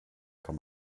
kann